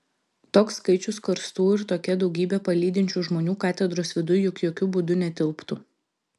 toks skaičius karstų ir tokia daugybė palydinčių žmonių katedros viduj juk jokiu būdu netilptų